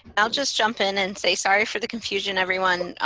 i'll just jump in and say sorry for the confusion everyone.